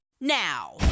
now